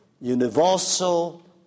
universal